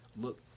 look